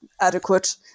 adequate